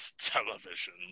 television